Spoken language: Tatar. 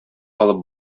алып